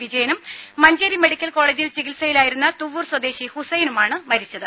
വിജയനും മഞ്ചേരി മെഡിക്കൽ കോളേജിൽ ചികിത്സയിലായിരുന്ന തുവ്വൂർ സ്വദേശി ഹുസൈനുമാണ് മരിച്ചത്